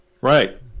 Right